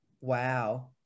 wow